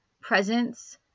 presence